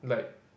like